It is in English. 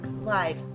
live